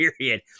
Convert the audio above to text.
period